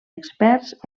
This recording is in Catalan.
experts